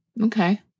okay